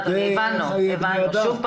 שוב,